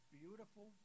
beautiful